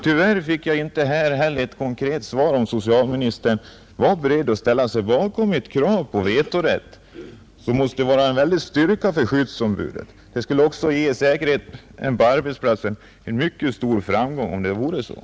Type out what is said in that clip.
Tyvärr fick jag inte något konkret svar på frågan om socialministern är beredd att ställa sig bakom ett krav på vetorätt som skulle bli ett starkt stöd för skyddsombuden. Den skulle också ge säkerhet på arbetsplatsen och innebära en mycket stor framgång.